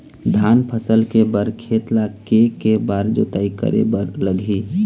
धान फसल के बर खेत ला के के बार जोताई करे बर लगही?